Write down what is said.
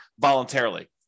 voluntarily